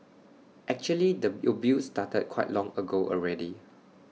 actually the abuse started quite long ago already